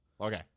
Okay